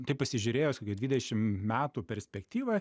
taip pasižiūrėjus kokių dvidešimt metų perspektyvą